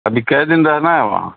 ابھی کئے دن رہنا ہے وہاں